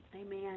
Amen